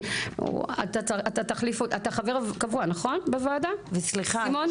אתה חבר קבוע נכון בוועדה סימון?